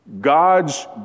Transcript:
God's